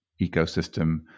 ecosystem